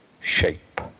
shape